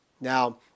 Now